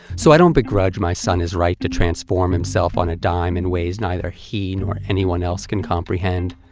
so i don't begrudge my son his right to transform himself on a dime in ways neither he nor anyone else can comprehend.